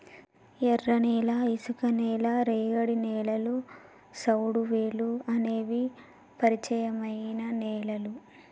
ఎర్రనేల, ఇసుక నేల, రేగడి నేలలు, సౌడువేలుఅనేటి పరిచయమైన నేలలు